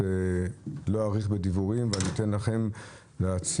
אני לא אאריך בדיבורים ואני אתן לכם להציג.